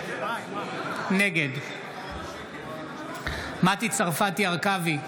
נגד מטי צרפתי הרכבי,